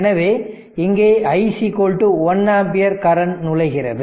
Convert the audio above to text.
எனவே இங்கே i 1 ampere current நுழைகிறது